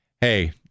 Hey